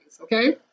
Okay